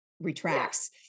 retracts